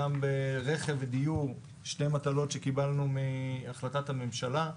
גם ברכב ודיור, שתי מטלות שקיבלנו מהחלטת הממשלה.